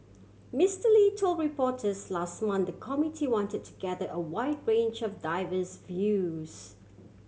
Mister Lee told reporters last month the committee wanted to gather a wide range of diverse views